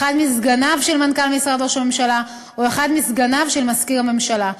אחד מסגניו של מנכ"ל משרד ראש הממשלה או אחד מסגניו של מזכיר הממשלה.